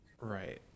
right